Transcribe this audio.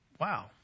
wow